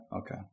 okay